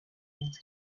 minsi